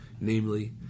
namely